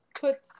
put